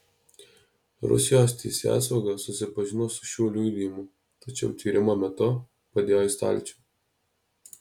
rusijos teisėsauga susipažino su šiuo liudijimu tačiau tyrimo metu padėjo į stalčių